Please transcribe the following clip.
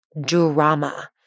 drama